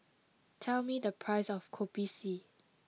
tell me the price of Kopi C